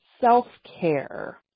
self-care